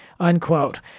unquote